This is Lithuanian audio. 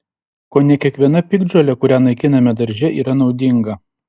kone kiekviena piktžolė kurią naikiname darže yra naudinga